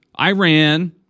Iran